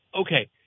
Okay